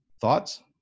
Thoughts